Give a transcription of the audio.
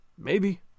Maybe